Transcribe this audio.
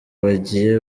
bagiye